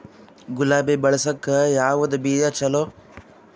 ಗುಲಾಬಿ ಬೆಳಸಕ್ಕ ಯಾವದ ಬೀಜಾ ಚಲೋ?